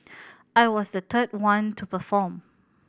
I was the one to perform